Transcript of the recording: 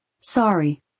Sorry